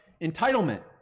entitlement